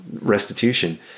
restitution